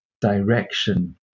direction